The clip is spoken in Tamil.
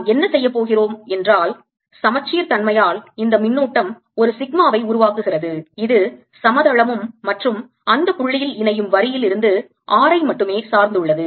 நாம் என்ன சொல்லப் போகிறோம் என்றால் சமச்சீர் தன்மையால் இந்த மின்னூட்டம் ஒரு சிக்மாவை உருவாக்குகிறது இது சமதளமும் மற்றும் அந்த புள்ளியில் இணையும் வரியில் இருந்து r ஐ மட்டுமே சார்ந்துள்ளது